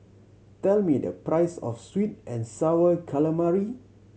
tell me the price of sweet and Sour Calamari